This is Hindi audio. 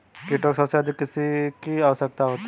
कीटों को सबसे अधिक किसकी आवश्यकता होती है?